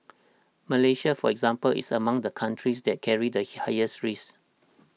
Malaysia for example is among the countries that carry the highest risk